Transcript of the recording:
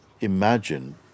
imagine